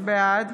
בעד